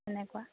তেনেকুৱা